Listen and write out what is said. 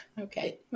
Okay